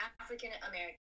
African-American